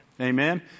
Amen